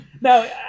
Now